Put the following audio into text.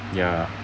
ya